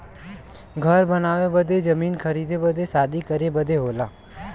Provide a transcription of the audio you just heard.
घर बनावे बदे जमीन खरीदे बदे शादी करे बदे होला